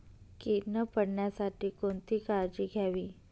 कीड न पडण्यासाठी कोणती काळजी घ्यावी?